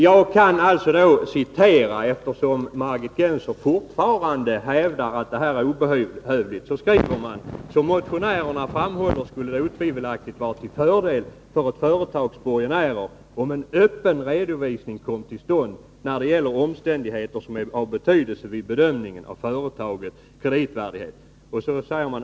Låt mig citera föjande ur reservationen, eftersom Margit Gennser fortfarande hävdar att detta är obehövligt: ”Som motionärerna framhåller skulle det otvivelaktigt vara till fördel för ett företags borgenärer om en öppen redovisning kom till stånd när det gäller omständigheter som är av betydelse vid bedömningen av företagets kreditvärdighet.